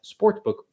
Sportsbook